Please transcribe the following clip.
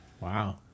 Wow